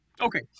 Okay